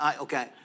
okay